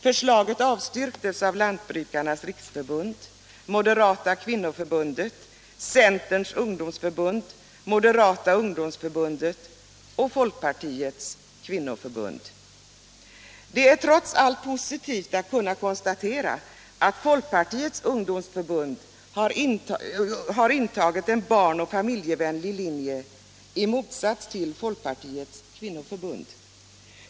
Förslaget avstyrktes av Lantbrukarnas riksförbund, Moderata kvinnoförbundet, Centerns ungdomsförbund, Moderata ungdomsförbundet och Folkpartiets kvinnoförbund. Det är trots allt positivt att konstatera att Folkpartiets ungdomsförbund har följt en barnoch familjevänlig linje, i motsats till Folkpartiets kvinnoförbund.